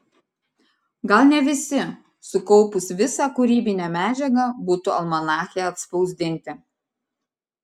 gal ne visi sukaupus visą kūrybinę medžiagą būtų almanache atspausdinti